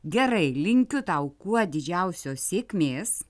gerai linkiu tau kuo didžiausios sėkmės